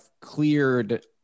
cleared